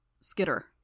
Skitter